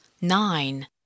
nine